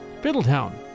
Fiddletown